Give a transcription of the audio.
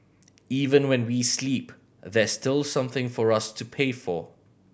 even when we sleep there's still something for us to pay for